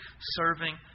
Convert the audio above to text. serving